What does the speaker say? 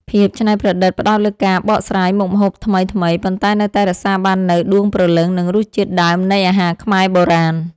ភាពច្នៃប្រឌិត ផ្ដោតលើការបកស្រាយមុខម្ហូបថ្មីៗ ប៉ុន្តែនៅតែរក្សាបាននូវដួងព្រលឹង និងរសជាតិដើមនៃអាហារខ្មែរបុរាណ។